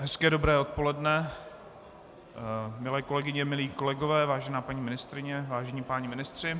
Hezké dobré odpoledne, milé kolegyně, milí kolegové, vážená paní ministryně, vážení páni ministři.